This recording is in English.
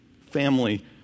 Family